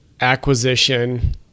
acquisition